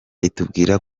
itubwira